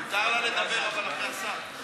מותר לה לדבר, אבל אחרי השר.